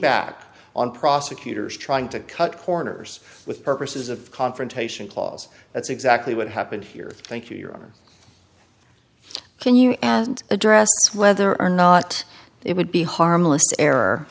back on prosecutors trying to cut corners with purposes of confrontation clause that's exactly what happened here thank you your honor can you address whether or not it would be harmless error